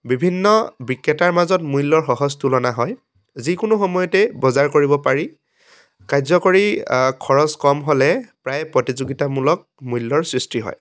বিভিন বিক্ৰেতাৰ মাজত মূল্যৰ সহজ তুলনা হয় যিকোনো সময়তেই বজাৰ কৰিব পাৰি কাৰ্যকৰী খৰচ কম হ'লে প্ৰায়ে প্ৰতিযোগিতামূলক মূল্যৰ সৃষ্টি হয়